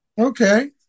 Okay